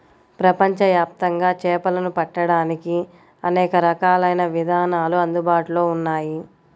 ప్రపంచవ్యాప్తంగా చేపలను పట్టడానికి అనేక రకాలైన విధానాలు అందుబాటులో ఉన్నాయి